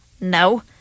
No